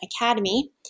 Academy